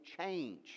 change